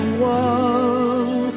one